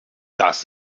dass